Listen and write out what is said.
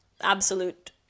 absolute